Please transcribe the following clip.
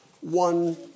one